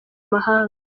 mahanga